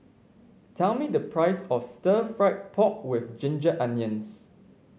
tell me the price of Stir Fried Pork with Ginger Onions